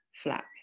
flap